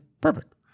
Perfect